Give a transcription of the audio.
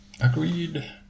Agreed